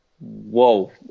whoa